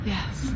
Yes